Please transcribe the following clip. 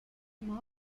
ilma